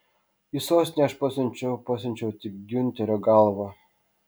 į sostinę aš pasiunčiau pasiunčiau tik giunterio galvą